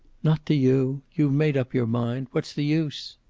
not to you. you've made up your mind. what's the use?